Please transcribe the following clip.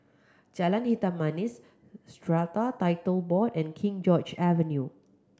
Jalan Hitam Manis Strata Title Board and King George Avenue